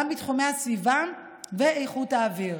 גם בתחומי הסביבה ואיכות האוויר.